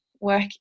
work